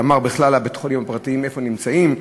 כלל בתי-החולים הפרטיים, איפה הם נמצאים.